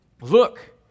Look